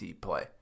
play